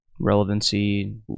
relevancy